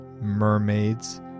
mermaids